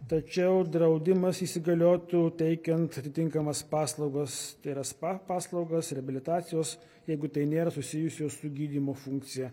tačiau draudimas įsigaliotų teikiant atitinkamas paslaugas tai yra spa paslaugas reabilitacijos jeigu tai nėra susijusios su gydymo funkcija